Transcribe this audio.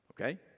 Okay